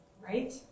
right